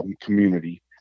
community